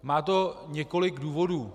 Má to několik důvodů.